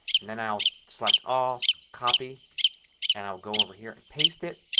and then i'll select all. copy and i'll go over here and paste it.